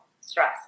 stress